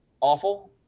awful